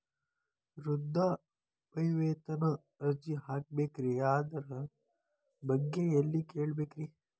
ವೃದ್ಧಾಪ್ಯವೇತನ ಅರ್ಜಿ ಹಾಕಬೇಕ್ರಿ ಅದರ ಬಗ್ಗೆ ಎಲ್ಲಿ ಕೇಳಬೇಕ್ರಿ?